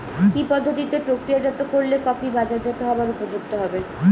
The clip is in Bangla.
কি পদ্ধতিতে প্রক্রিয়াজাত করলে কফি বাজারজাত হবার উপযুক্ত হবে?